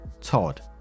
Todd